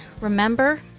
remember